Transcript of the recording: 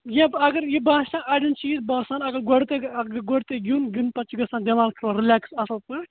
if اگر یہِ باسان اڈیٚن چھُ یہِ باسان اگر گۄڈٕ تۄہہِ اگر گۄڈٕ تۄہہِ گِیُنٛد گِیُنٛد پَتہٕ چھُ گَژھان دٮ۪ماغ تھوڑا رِلیکس اصٕل پٲٹھۍ